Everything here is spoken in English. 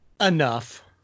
Enough